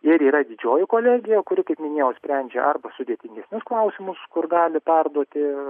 ir yra didžioji kolegija kuri kaip minėjau sprendžia arba sudėtingesnius klausimus kur gali perduoti